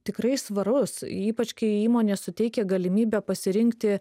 tikrai svarus ypač kai įmonė suteikia galimybę pasirinkti